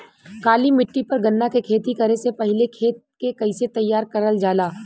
काली मिट्टी पर गन्ना के खेती करे से पहले खेत के कइसे तैयार करल जाला?